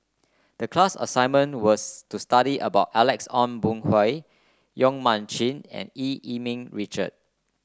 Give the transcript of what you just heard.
the class assignment was to study about Alex Ong Boon Hau Yong Mun Chee and Eu Yee Ming Richard